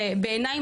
בעיניי,